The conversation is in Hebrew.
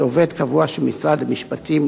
כעובד קבוע של משרד המשפטים,